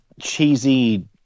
cheesy